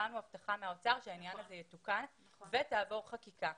קיבלנו הבטחה מהאוצר שהעניין הזה יתוקן ותעבור חקיקה.